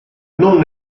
non